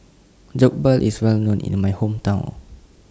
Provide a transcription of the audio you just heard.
Jokbal IS Well known in My Hometown